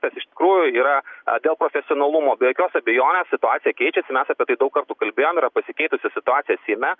kad iš tikrųjų yra a dėl profesionalumo be jokios abejonės situacija keičiasi mes apie tai daug kartų kalbėjom yra pasikeitus situacija seime